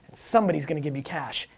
somebody's gonna give you cash,